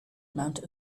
amount